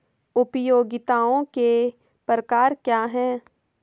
उपयोगिताओं के प्रकार क्या हैं?